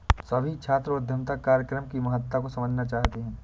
सभी छात्र उद्यमिता कार्यक्रम की महत्ता को समझना चाहते हैं